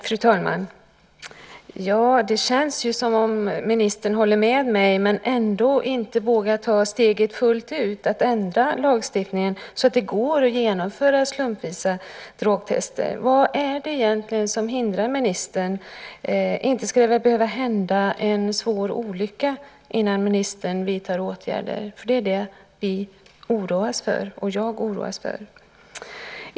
Fru talman! Det känns som om ministern håller med mig men ändå inte vågar ta steget fullt ut och ändra lagstiftningen så att det går att genomföra slumpvisa drogtester. Vad är det egentligen som hindrar ministern? Inte ska det väl behöva hända en svår olycka innan ministern vidtar åtgärder? Det är det som vi oroas för, och jag oroas för.